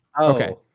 okay